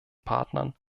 partnern